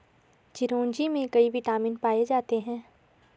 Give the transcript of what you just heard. चिरोंजी में कई विटामिन पाए जाते हैं